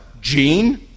gene